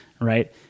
Right